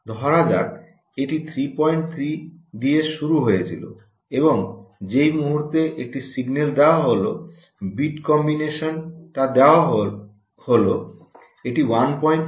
ধরা যাক এটি 33 দিয়ে শুরু হয়েছিল এবং যেই মুহুর্তে একটি সিগন্যাল দেওয়া হলে বিট কম্বিনেশন তা দেওয়া হল এটি 18 হয়ে যায়